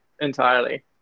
entirely